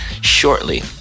shortly